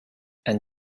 and